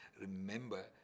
remember